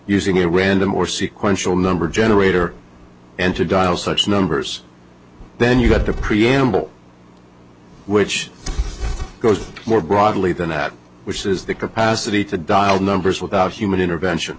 using a random or sequence will number generator and to dial such numbers then you've got the preamble which goes more broadly than that which is the capacity to dial numbers without human intervention